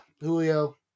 Julio